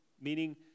meaning